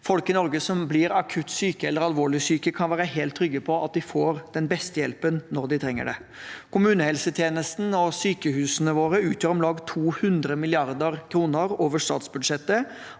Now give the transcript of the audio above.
Folk i Norge som blir akutt syke eller alvorlig syke, kan være helt trygge på at de får den beste hjelpen når de trenger det. Kommunehelsetje nesten og sykehusene våre utgjør om lag 200 mrd. kr over statsbudsjettet.